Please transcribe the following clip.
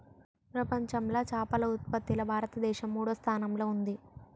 ప్రపంచంలా చేపల ఉత్పత్తిలా భారతదేశం మూడో స్థానంలా ఉంది